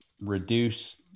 reduce